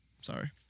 Sorry